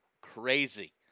crazy